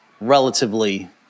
relatively